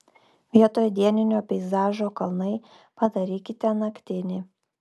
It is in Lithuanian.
vietoj dieninio peizažo kalnai padarykite naktinį